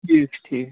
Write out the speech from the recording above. ٹھیٖک چھُ ٹھیٖک چھُ